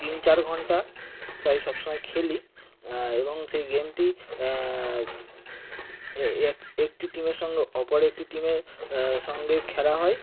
তিন চার ঘন্টা প্রায় সবসময় খেলি এবং সেই গেমটি এই এক একটি টিমের সঙ্গে অপর একটি টিমের সঙ্গে খেলা হয়